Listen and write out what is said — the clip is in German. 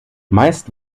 meist